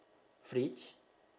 fridge